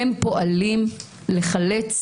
הם פועלים לחלץ